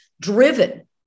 driven